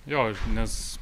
jo nes